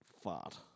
fart